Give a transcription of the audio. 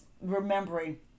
remembering